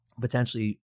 potentially